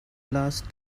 last